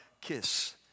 kiss